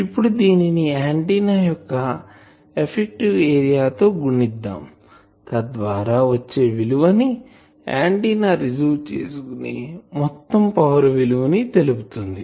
ఇప్పుడు దీనిని ఆంటిన్నా యొక్క ఎఫెక్టివ్ ఏరియా తో గుణిద్దాం తద్వారా వచ్చే విలువ ఆంటిన్నా రిసీవ్ చేసుకునే మొత్తం పవర్ విలువ ని తెలుపుతుంది